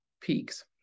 peaks